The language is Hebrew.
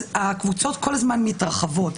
הקבוצות כל הזמן מתרחבות.